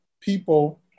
people